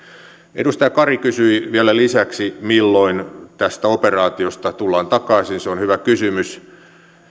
edustaja kari kysyi vielä lisäksi milloin tästä operaatiosta tullaan takaisin se on hyvä kysymys